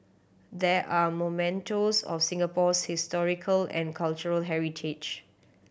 they are mementos of Singapore's historical and cultural heritage